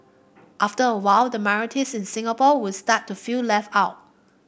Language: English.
after a while the minorities in Singapore would start to feel left out